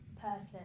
person